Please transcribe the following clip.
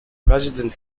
president